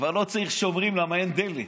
כבר לא צריך שומרים, כי אין דלת.